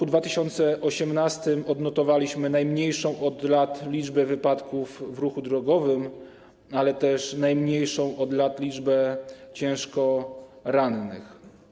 W 2018 r. odnotowaliśmy najmniejszą od lat liczbę wypadków w ruchu drogowym, ale też najmniejszą od lat liczbę ciężko rannych.